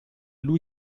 lui